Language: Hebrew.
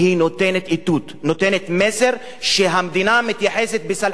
נותנת מסר שהמדינה מתייחסת בסלחנות לאנשי